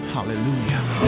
Hallelujah